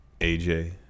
AJ